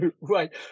Right